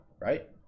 right